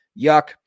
Yuck